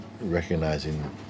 recognizing